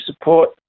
support